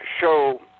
show